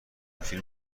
فیلم